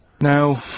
Now